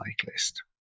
cyclist